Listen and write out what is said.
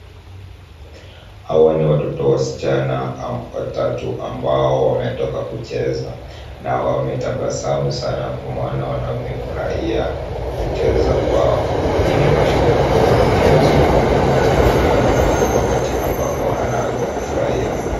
Hawa ni watoto wasichana watatu ambao wametoka kucheza na wametabasamu sana kwa maana wamefurahia kucheza kwao. Hii ni kuashiria kuwa mchezo ni muhimu kwa binadamu wakati ambapo anaweza furahia.